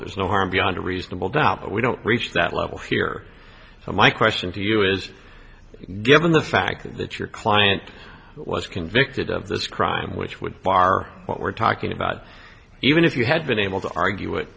there's no harm beyond a reasonable doubt but we don't reach that level here so my question to you is given the fact that your client was convicted of this crime which would bar what we're talking about even if you had been able to argue w